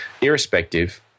Irrespective